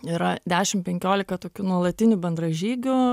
yra dešim penkiolika tokių nuolatinių bendražygių